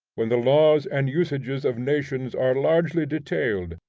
when the laws and usages of nations are largely detailed,